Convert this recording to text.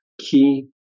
key